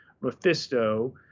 mephisto